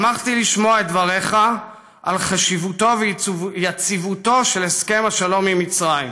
שמחתי לשמוע את דבריך על חשיבותו ויציבותו של הסכם השלום עם מצרים.